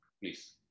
please